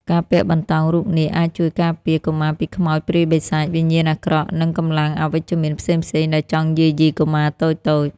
ការពាក់បន្តោងរូបនាគអាចជួយការពារកុមារពីខ្មោចព្រាយបិសាច វិញ្ញាណអាក្រក់ និងកម្លាំងអវិជ្ជមានផ្សេងៗដែលចង់យាយីកុមារតូចៗ។